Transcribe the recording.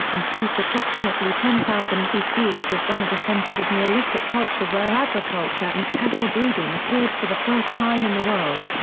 and since approximately ten thousand bc it was one of the centers of neolithic culture where agriculture and cattle breeding appeared for the first time in the world.